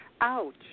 ouch